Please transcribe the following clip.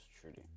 truly